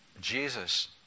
Jesus